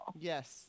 Yes